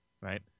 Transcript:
Right